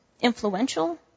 influential